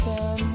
Sun